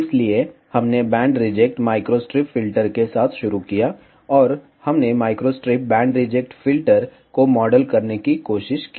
इसलिए हमने band reject microstrip filter के साथ शुरू किया और हमने माइक्रोस्ट्रिप बैंड रिजेक्ट फ़िल्टर को मॉडल करने की कोशिश की